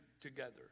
together